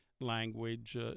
language